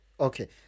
Okay